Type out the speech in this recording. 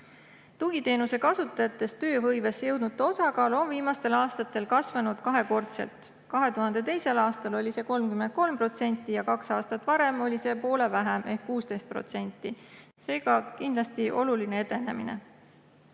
Tugiteenuse kasutajatest tööhõivesse jõudnute osakaal on viimastel aastatel kasvanud kaks korda. 2022. aastal oli see 33% ja kaks aastat varem poole vähem ehk 16%. Seega kindlasti oluline edenemine.